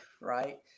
right